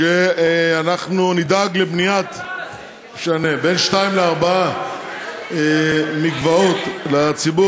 שאנחנו נדאג לבניית בין שניים לארבעה מקוואות לציבור